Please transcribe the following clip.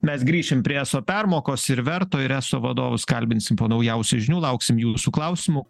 mes grįšim prie eso permokos ir verto ir eso vadovus kalbinsim po naujausių žinių lauksim jūsų klausimų